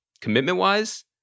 commitment-wise